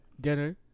dinner